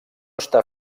està